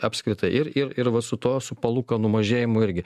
apskritai ir ir ir va su tuo su palūkanų mažėjimu irgi